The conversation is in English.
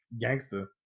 gangster